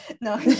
no